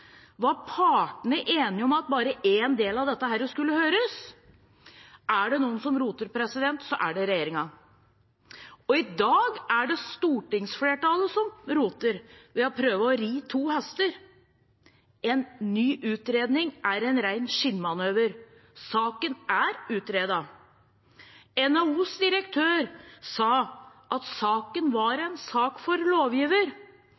enige om at bare én del av dette skulle høres? Er det noen som roter, er det regjeringen. Og i dag er det stortingsflertallet som roter, ved å prøve å ri to hester. En ny utredning er en ren skinnmanøver. Saken er utredet. NHOs direktør sa at saken var en sak for lovgiver.